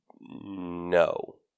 No